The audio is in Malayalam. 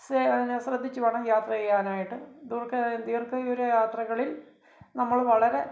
സെ ന്നെ ശ്രദ്ധിച്ചു വേണം യാത്ര ചെയ്യാനായിട്ട് ദീർഘ ദീര്ഘ ദൂര യാത്രകളില് നമ്മൾ വളരെ